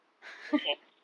don't have